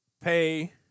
pay